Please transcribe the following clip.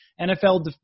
NFL